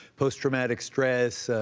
post traumatic stress,